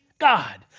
God